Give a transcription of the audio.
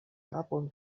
kapon